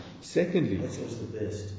secondly